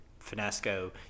finasco